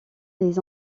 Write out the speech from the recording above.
les